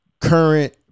current